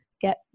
get